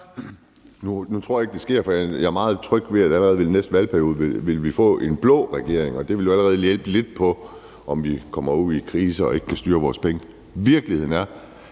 Nu tror jeg ikke, det sker, for jeg er meget tryg ved, at vi allerede i næste valgperiode vil få en blå regering, og det vil jo allerede hjælpe lidt, i forhold til om vi kommer ud i kriser og ikke kan styre vores penge. Virkeligheden er,